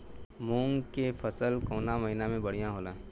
मुँग के फसल कउना महिना में बढ़ियां होला?